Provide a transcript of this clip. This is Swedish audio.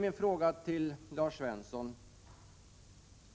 Min fråga till Lars Svensson